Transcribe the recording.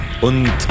und